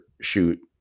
shoot